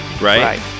Right